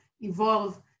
evolve